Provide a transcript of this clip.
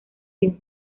bien